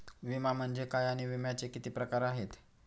विमा म्हणजे काय आणि विम्याचे किती प्रकार आहेत?